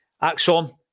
Axon